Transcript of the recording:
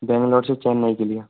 बैंगलौर से चेन्नई के लिए